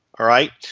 alright.